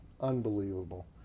unbelievable